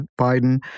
Biden